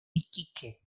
iquique